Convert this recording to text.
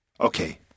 Okay